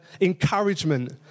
encouragement